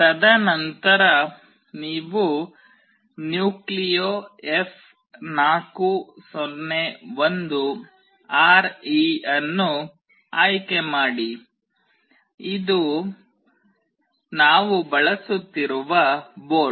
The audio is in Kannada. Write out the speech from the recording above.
ತದನಂತರ ನೀವು ನ್ಯೂಕ್ಲಿಯೊF401RE ಅನ್ನು ಆಯ್ಕೆ ಮಾಡಿ ಇದು ನಾವು ಬಳಸುತ್ತಿರುವ ಬೋರ್ಡ್